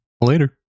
Later